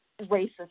racist